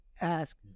ask